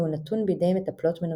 שהוא נתון בידי מטפלות מנוסות.